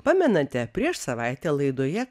pamenate prieš savaitę laidoje